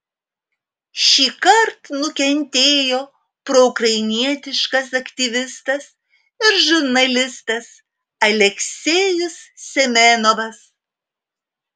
šįkart nukentėjo proukrainietiškas aktyvistas ir žurnalistas aleksejus semenovas